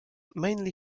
mainly